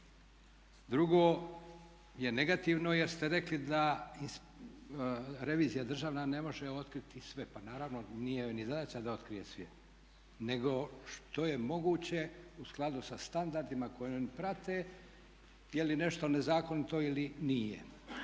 Drugo je negativno jer ste rekli da revizija državna ne može otkriti sve. Pa naravno, nije joj ni zadaća da otkrije sve nego što je moguće u skladu sa standardima koje prate je li nešto nezakonito ili nije.